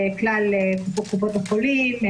כלל קופות החולים,